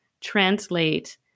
translate